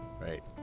Right